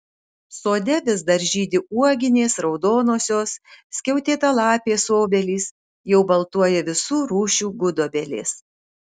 sode vis dar žydi uoginės raudonosios skiautėtalapės obelys jau baltuoja visų rūšių gudobelės